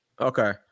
Okay